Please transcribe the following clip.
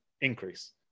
increase